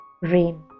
Rain